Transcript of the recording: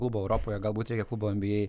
klubo europoje galbūt reikia klubo mba